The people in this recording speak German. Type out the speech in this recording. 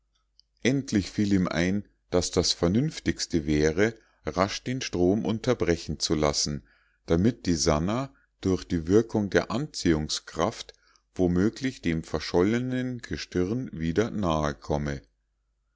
endlich fiel ihm ein daß das vernünftigste wäre rasch den strom unterbrechen zu lassen damit die sannah durch die wirkung der anziehungskraft womöglich dem verschollenen gestirn wieder nahe komme